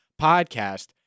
podcast